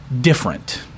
different